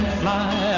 fly